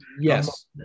Yes